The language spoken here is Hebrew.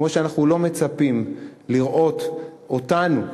כמו שאנחנו לא מצפים לראות אותנו,